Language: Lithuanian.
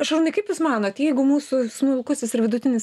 šarūnai kaip jūs manot jeigu mūsų smulkusis ir vidutinis